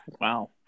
Wow